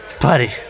Buddy